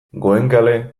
goenkale